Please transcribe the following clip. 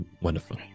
Wonderful